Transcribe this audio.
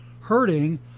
hurting